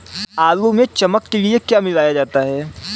आलू में चमक के लिए क्या मिलाया जाता है?